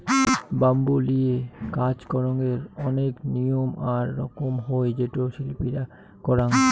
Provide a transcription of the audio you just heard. bamboo লিয়ে কাজ করঙ্গের অনেক নিয়ম আর রকম হই যেটো শিল্পীরা করাং